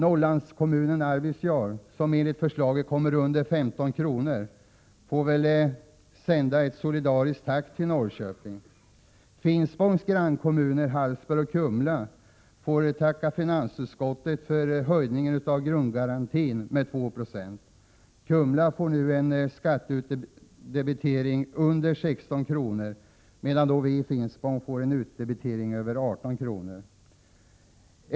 Norrlandskommunen Arvidsjaur, som enligt förslaget kommer under 15 kr., får väl sända ett ”Tack för solidariteten” till Norrköping. Finspångs grannkommuner Hallsberg och Kumla får tacka finansutskottet för höjningen av grundgarantin med 2 96. Kumla får nu en skattedebitering som ligger under 16 kr., medan vii Finspång får en utdebitering på över 18 kr.